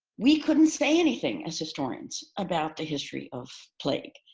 we couldn't say anything as historians about the history of plague.